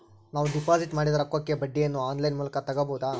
ನಾವು ಡಿಪಾಜಿಟ್ ಮಾಡಿದ ರೊಕ್ಕಕ್ಕೆ ಬಡ್ಡಿಯನ್ನ ಆನ್ ಲೈನ್ ಮೂಲಕ ತಗಬಹುದಾ?